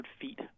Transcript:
feet